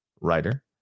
writer